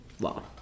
Wow